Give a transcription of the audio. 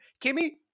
Kimmy